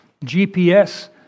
GPS